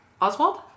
Oswald